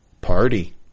party